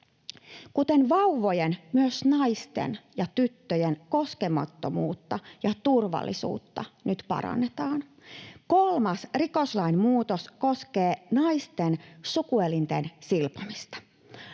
Kuten vauvojen, myös naisten ja tyttöjen, koskemattomuutta ja turvallisuutta nyt parannetaan. Kolmas rikoslain muutos koskee naisten sukuelinten silpomista